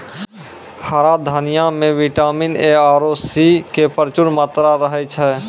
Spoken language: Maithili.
हरा धनिया मॅ विटामिन ए आरो सी के प्रचूर मात्रा रहै छै